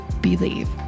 believe